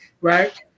right